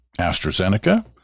AstraZeneca